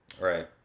Right